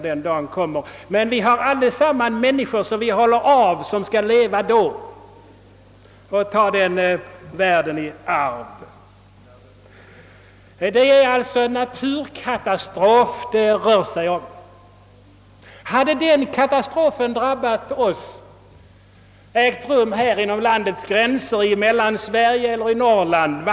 Men det finns för oss allesammans människor som vi håller av som skall ta världen i arv och leva då. Det rör sig alltså om en naturkatastrof. Vad skulle vi sagt om den hade drabbat oss inom landets gränser, i Mellansverige eller Norrland?